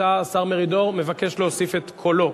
אתה, השר מרידור מבקש להוסיף את קולו.